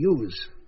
use